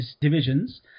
divisions